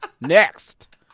Next